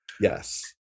Yes